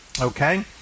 Okay